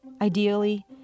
Ideally